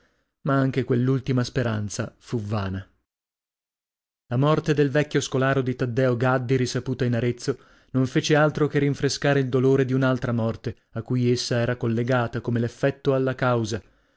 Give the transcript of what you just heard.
ma anche quell'ultima speranza fu vana la morte del vecchio scolaro di taddeo gaddi risaputa in arezzo non fece altro che rinfrescare il dolore di un'altra morte a cui essa era collegata come l'effetto alla causa